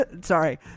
Sorry